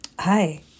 Hi